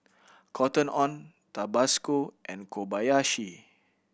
Cotton On Tabasco and Kobayashi